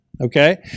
Okay